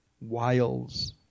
wiles